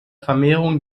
vermehrung